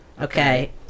Okay